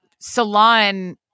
salon